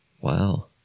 Wow